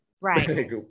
right